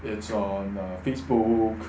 it's on uh Facebook